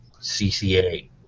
CCA